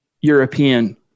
European